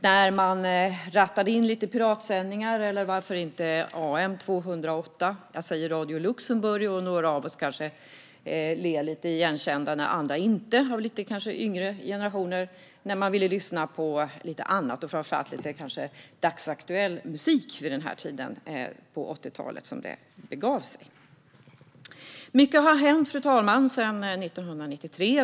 När man ville lyssna på något annat, framför allt kanske dagsaktuell musik, rattade man vid den här tiden, på 80-talet, in lite piratsändningar, eller varför inte AM 208? Jag säger Radio Luxemburg, och några av oss kanske ler lite igenkännande - andra, i lite yngre generationer, kanske inte. Mycket har hänt, fru talman, sedan 1993.